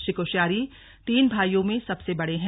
श्री कोश्यारी तीन भाइयों में सबसे बड़े हैं